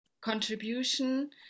contribution